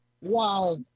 Wow